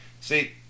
see